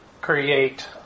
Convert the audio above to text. create